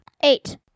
eight